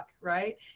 right